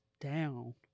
down